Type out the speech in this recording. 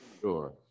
Sure